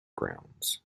grounds